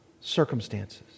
circumstances